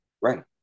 Right